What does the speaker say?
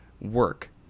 work